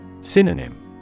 Synonym